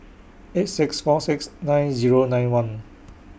eight six four six nine Zero nine one